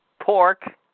pork